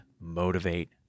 motivate